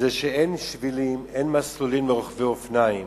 שאין שבילים, אין מסלולים לרוכבי אופניים.